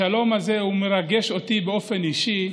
השלום הזה מרגש אותי באופן אישי